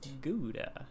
Gouda